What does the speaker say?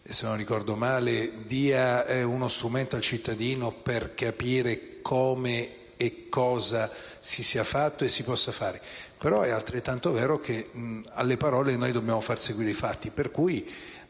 - dia uno strumento al cittadino per capire come e cosa si sia fatto e si possa fare, ma è altrettanto vero che alle parole dobbiamo far seguire i fatti.